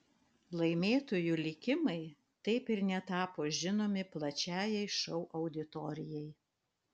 laimėtojų likimai taip ir netapo žinomi plačiajai šou auditorijai